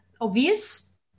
obvious